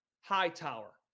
Hightower